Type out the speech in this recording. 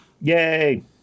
Yay